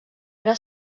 era